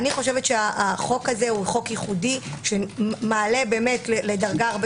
אני חושבת שהחוק הזה הוא ייחודי שמעלה לדרגה הרבה